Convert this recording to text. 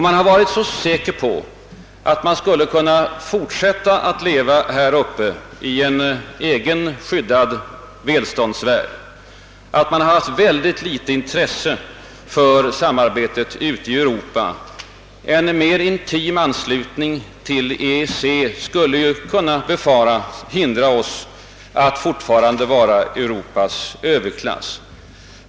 Man har varit så säker på att man skulle kunna fortsätta att leva häruppe i en egen skyddad välståndsvärld, att man haft mycket litet intresse för samarbetet ute i Europa. En mer intim anslutning till EEC skulle kunna befaras hindra oss från att fortfarande vara Europas överklass.